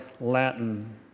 Latin